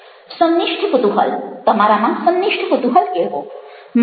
સંનિષ્ઠ કુતૂહલ તમારામાં સંનિષ્ઠ કુતૂહલ કેળવશે